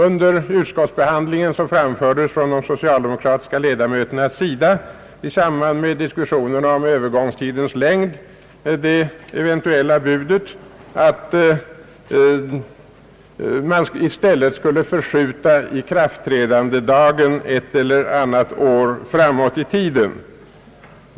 Under = utskottsbehandlingen framförde de socialdemokratiska ledamöterna, i samband med diskussionen om övergångstidens längd, det eventuella budet att man i stället skulle förskjuta ikraftträdandedagen ett eller annat år framåt i tiden.